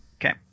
Okay